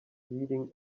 reading